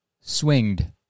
Swinged